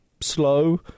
slow